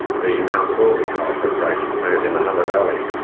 the mount thorley coal preparation plant in the hunter valley.